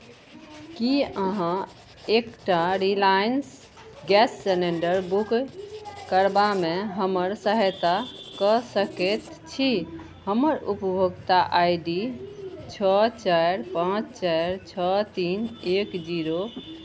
की अहाँ एकटा Reliance gas cylinder book करबामे हमर सहायता कऽ सकैत छी हमर उपभोक्ता आई डी छओ चारि पाँच चारि छओ तीन एक जीरो